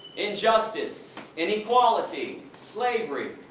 injustice, inequality, slavery,